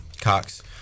Cox